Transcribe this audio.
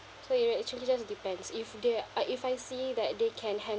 so it actually just depends if they uh if I see that they can han~